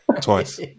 twice